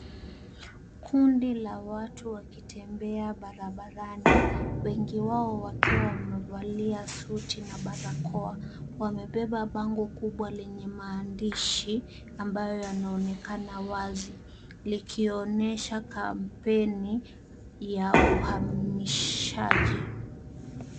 Kundi la watu wakitembea barabarani, wengi wao wakiwa wamevalia suti na barakoa. Wamebeba bango kubwa lenye maandishi, ambayo yanaoekana wazi likionyesha kampeni ya uhamishaji.